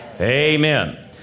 Amen